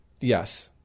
Yes